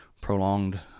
prolonged